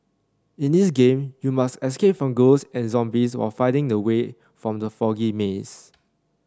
in this game you must escape from ghosts and zombies while finding the way out from the foggy maze